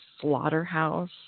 slaughterhouse